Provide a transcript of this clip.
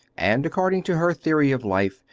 and according to her theory of life,